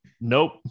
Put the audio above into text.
Nope